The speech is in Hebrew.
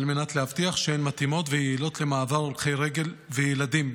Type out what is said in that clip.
על מנת להבטיח שהן מתאימות ויעילות למעבר הולכי רגל וילדים,